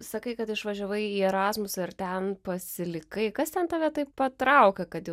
sakai kad išvažiavai į erasmus ir ten pasilikai kas ten tave taip patraukė kad jau